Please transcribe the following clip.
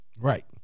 Right